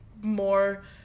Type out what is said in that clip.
more